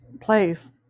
place